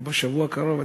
או בשבוע הקרוב,